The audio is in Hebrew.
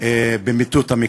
במטותא מכם.